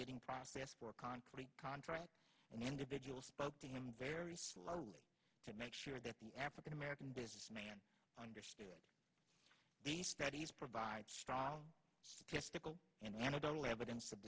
bidding process for concrete contracts individual spoke to him very slowly to make sure that the african american businessman understood the studies provide strong testicle and anecdotal evidence of